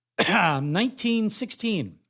1916